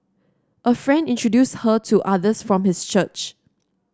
a friend introduced her to others from his church